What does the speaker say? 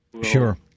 Sure